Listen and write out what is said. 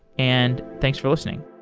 and thanks for listening.